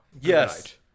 yes